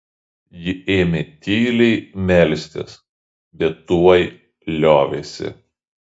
ji ėmė tyliai melstis bet tuoj liovėsi